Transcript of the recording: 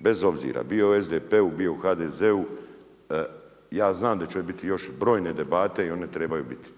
Bez obzira bio u SDP-u, bio u HDZ-u ja znam da će ovdje biti još brojne debate i one trebaju biti,